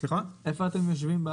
איפה אתם יושבים?